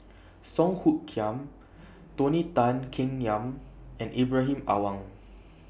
Song Hoot Kiam Tony Tan Keng Yam and Ibrahim Awang